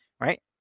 right